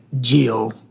Jill